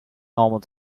normal